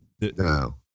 No